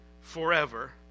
forever